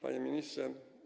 Panie Ministrze!